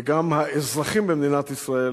וגם האזרחים במדינת ישראל,